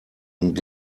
und